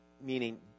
meaning